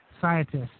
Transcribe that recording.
scientists